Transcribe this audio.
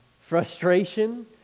Frustration